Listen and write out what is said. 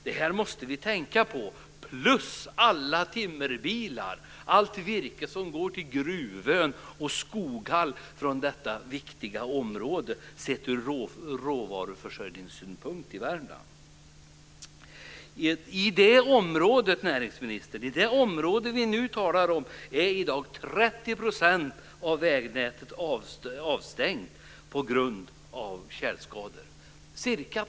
Det måste vi tänka på, plus alla timmerbilar. Det är allt det virke som går till Gruvön och Skoghall från detta viktiga område i Värmland sett ur råvarusynpunkt. I det område vi nu talar om, näringsministern, är i dag ca 30 % av vägnätet avstängt på grund av tjälskador.